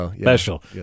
Special